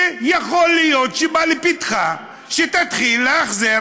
ויכול להיות שבא לפתחך שתתחיל להחזיר